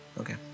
Okay